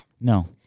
No